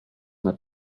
not